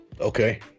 Okay